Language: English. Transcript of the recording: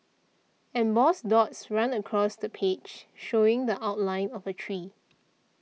embossed dots run across the page showing the outline of a tree